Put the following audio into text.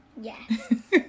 Yes